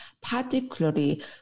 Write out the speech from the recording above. Particularly